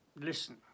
Listen